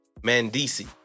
Mandisi